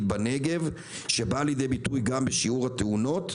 בנגב שבאה לידי ביטוי גם בשיעור התאונות,